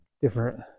different